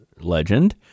legend